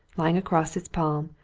lying across its palm,